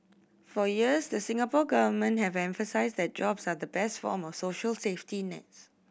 for years the Singapore Government has emphasised that jobs are the best form of social safety nets